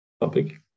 topic